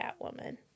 Catwoman